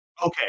Okay